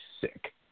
sick